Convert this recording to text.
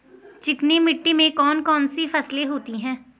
चिकनी मिट्टी में कौन कौन सी फसलें होती हैं?